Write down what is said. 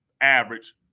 average